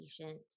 patient